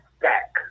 back